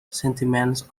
sentiments